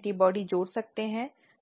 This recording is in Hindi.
के बीच से हो सकते हैं